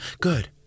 Good